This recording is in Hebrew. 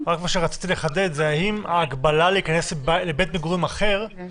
רק מה רציתי לחדד זה אם ההגבלה להיכנס לבית מגורים אחר גם